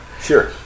Sure